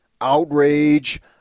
outrage